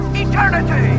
eternity